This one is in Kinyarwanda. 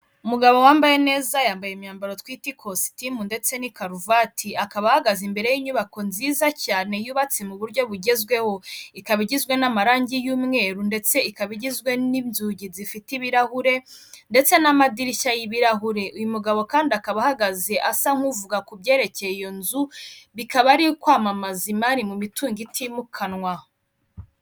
Umugabo wambaye neza yambaye imyambaro twite ikositimu ndetse na karuvati, akaba ahagaze imbere y'inyubako nziza cyane yubatse mu buryo bugezweho, ikaba igizwe n'amarangi y'umweru ndetse ikaba igizwe n'inzugi zifite ibirahure ndetse n'amadirishya y'ibirahure, uyu mugabo kandi akaba ahagaze asa nk'uvuga ku byerekeye iyo nzu bikaba ari ukwamamaza imari mu mitungo itimukanwa.